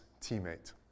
teammate